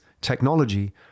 technology